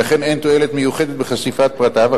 ולכן אין תועלת מיוחדת בחשיפת פרטיו,